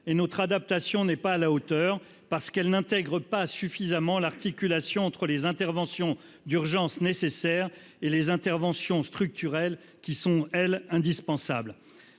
et notre adaptation n'est pas à la hauteur parce qu'elle n'intègre pas suffisamment l'articulation entre les interventions d'urgence nécessaire et les interventions structurelles qui sont-elles indispensables.